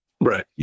Right